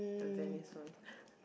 the tennis one